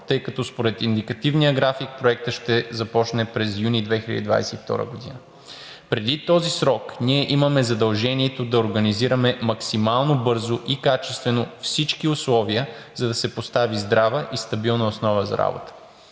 тъй като според индикативния график проектът ще започне през юни 2022 г. Преди този срок ние имаме задължението да организираме максимално бързо и качествено всички условия, за да се постави здрава и стабилна основа за работа.